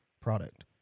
product